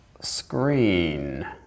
screen